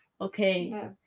okay